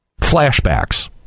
flashbacks